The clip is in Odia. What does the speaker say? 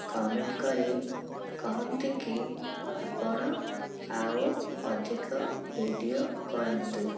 କମେଣ୍ଟ୍ କରି କହନ୍ତିକି ଆପଣ ଆଉ ଅଧିକ ଭିଡ଼ିଓ କରନ୍ତୁ